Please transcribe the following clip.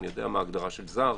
אני יודע מה ההגדרה של זר,